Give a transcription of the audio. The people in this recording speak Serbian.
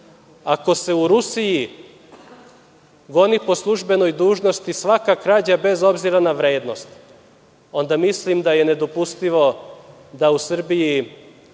ako se u Rusiji goni po službenoj dužnosti svaka krađa bez obzira na vrednost, onda mislim da je nedopustivo da u Srbiji